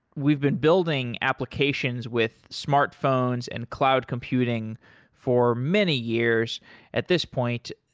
we've been building applications with smartphones and cloud computing for many years at this point.